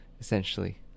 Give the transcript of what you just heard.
Essentially